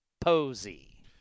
Posey